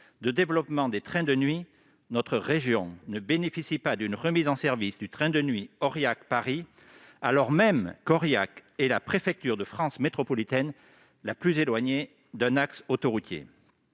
de développement des trains de nuit, notre région ne bénéficie pas d'une remise en service du train de nuit Aurillac-Paris, alors même qu'Aurillac est la préfecture de France métropolitaine la plus éloignée d'un axe autoroutier.